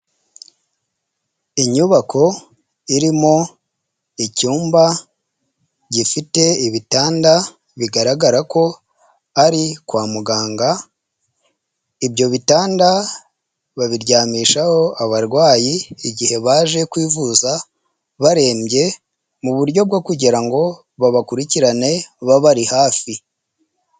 Inyubako irimo icyumba gifite ibitanda bigaragara ko ari kwa muganga, ibyo bitanda babiryamishaho abarwayi igihe baje kwivuza barembye mu buryo bwo kugira ngo babakurikirane babari hafi.